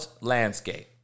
landscape